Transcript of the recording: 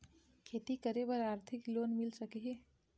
खेती करे बर आरथिक लोन मिल सकही?